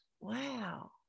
Wow